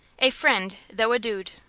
a friend, though a dude.